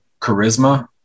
charisma